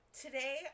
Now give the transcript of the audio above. Today